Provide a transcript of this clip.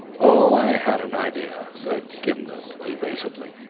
oh, i had an idea, said gimblet evasively.